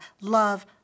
love